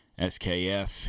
skf